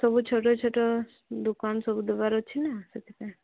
ସବୁ ଛୋଟ ଛୋଟ ଦୋକାନ ସବୁ ଦେବାର ଅଛି ନା ସେଥିପାଇଁ